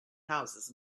houses